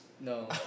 No